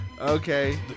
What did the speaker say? Okay